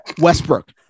Westbrook